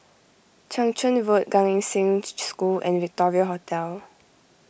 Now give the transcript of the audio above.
Chang Charn Road Gan Eng Seng School and Victoria Hotel